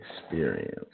experience